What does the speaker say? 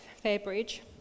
Fairbridge